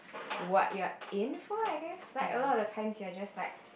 what you are in for I guess like a lot of the time you're just like